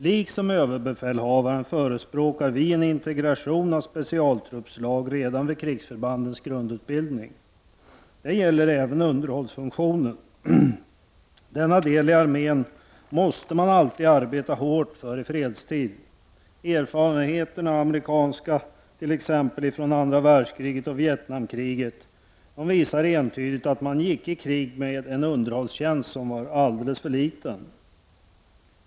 Liksom överbefälhavaren förespråkar vi i miljöpartiet en integration av specialtruppslag redan vid krigsförbandens grundutbildning. Det gäller även underhållsfunktionen. Denna del i armén måste man alltid arbeta hårt för i fredstid. Erfarenheterna från andra världskriget och Vietnamkriget visar entydigt att USA gick i krig med en underhållstjänst som var alldeles för liten.